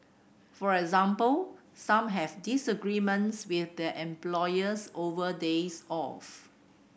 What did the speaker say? for example some have disagreements with their employers over days off